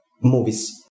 movies